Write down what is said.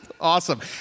Awesome